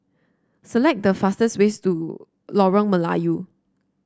select the fastest ways to Lorong Melayu